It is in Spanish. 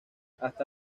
hasta